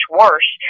worse